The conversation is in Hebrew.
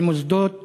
ממוסדות המדינה,